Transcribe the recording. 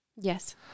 Yes